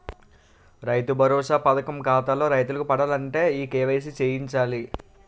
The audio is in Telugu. రైతు భరోసా పథకం ఖాతాల్లో రైతులకు పడాలంటే ఈ కేవైసీ చేయించాలి